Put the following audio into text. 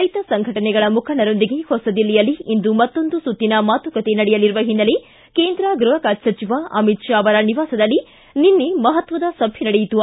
ರೈತ ಸಂಘಟನೆಗಳ ಮುಖಂಡರೊಂದಿಗೆ ಹೊಸದಿಲ್ಲಿಯಲ್ಲಿ ಇಂದು ಮತ್ತೊಂದು ಸುತ್ತಿನ ಮಾತುಕತೆ ನಡೆಯಲಿರುವ ಹಿನ್ನೆಲೆ ಕೇಂದ್ರ ಗೃಹ ಖಾತೆ ಸಚಿವ ಅಮಿತ್ ಶಾ ಅವರ ನಿವಾಸದಲ್ಲಿ ನಿನ್ನೆ ಮಹತ್ವದ ಸಭೆ ನಡೆಯಿತು